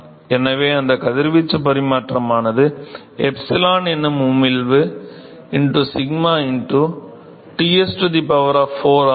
எனவே அந்த கதிர்வீச்சு பரிமாற்றமானது Σ எனும் உமிழ்வு σ Ts 4 Tsat 4 ஆகும்